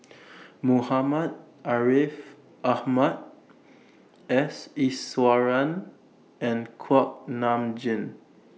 Muhammad Ariff Ahmad S Iswaran and Kuak Nam Jin